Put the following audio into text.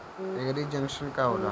एगरी junction का होला?